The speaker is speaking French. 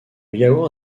yaourt